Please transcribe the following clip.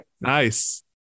nice